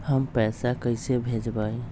हम पैसा कईसे भेजबई?